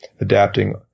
adapting